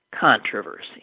controversy